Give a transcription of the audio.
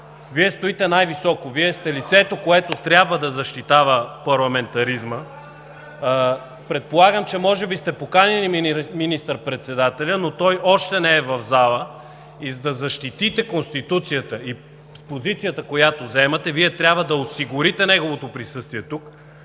Вие стоите най-високо. Вие сте лицето, което трябва да защитава парламентаризма. Предполагам, че може би сте поканили министър-председателя, но той още не в залата. За да защитите Конституцията в позицията, която заемате, Вие трябва да осигурите неговото присъствие тук.